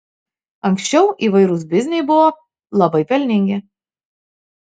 anksčiau įvairūs bizniai buvo labai pelningi